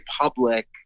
public